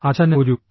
അച്ഛന് ഒരു ഐ